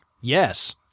Yes